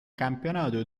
campionato